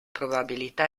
probabilità